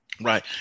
Right